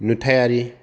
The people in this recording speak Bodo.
नुथायारि